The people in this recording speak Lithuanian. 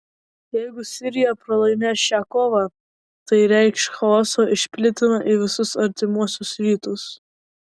jeigu sirija pralaimės šią kovą tai reikš chaoso išplitimą į visus artimuosius rytus